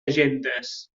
agendes